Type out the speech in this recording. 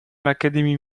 l’académie